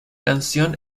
canción